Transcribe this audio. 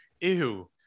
ew